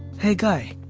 hey guy.